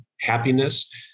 happiness